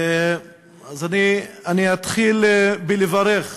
אני אתחיל בברכה